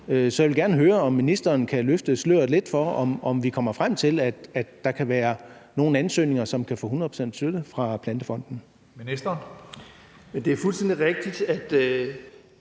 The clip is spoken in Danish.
Så jeg vil gerne høre, om ministeren kan løfte sløret lidt for, om vi kommer frem til, at der kan være nogle ansøgninger, som kan få 100 pct. støtte fra Plantefonden. Kl. 17:23 Tredje næstformand